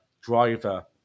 driver